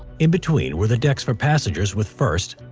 in between were the decks for passengers with first,